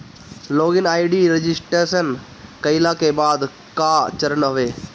log in ID registration कईला के बाद कअ चरण हवे